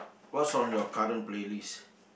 what's on your current playlist